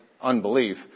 unbelief